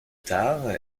tard